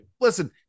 listen